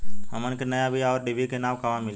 हमन के नया बीया आउरडिभी के नाव कहवा मीली?